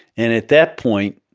and at that point,